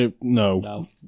no